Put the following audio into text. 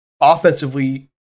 offensively